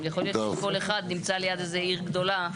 גם יכול להיות שכל אחד נמצא ליד איזה עיר גדולה.